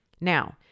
Now